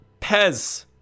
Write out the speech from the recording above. Pez